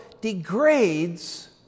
degrades